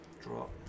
Drop